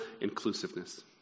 inclusiveness